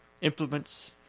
Implements